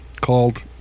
called